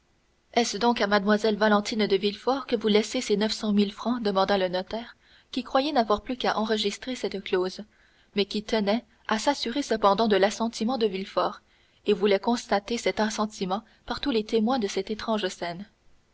est-ce donc à mlle valentine de villefort que vous laissez ces neuf cent mille francs demanda le notaire qui croyait n'avoir plus qu'à enregistrer cette clause mais qui tenait à s'assurer cependant de l'assentiment de noirtier et voulait faire constater cet assentiment par tous les témoins de cette étrange scène